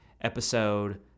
episode